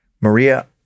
Maria